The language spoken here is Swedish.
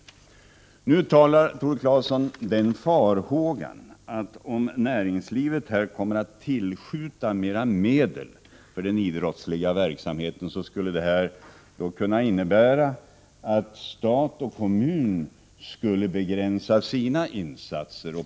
Nu ger Tore Claeson uttryck för farhågan, att om näringslivet kommer att tillskjuta mera medel för den idrottsliga verksamheten, skulle detta kunna innebära att stat och kommun begränsade sina insatser.